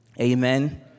Amen